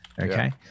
Okay